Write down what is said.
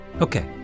Okay